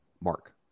Mark